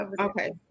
Okay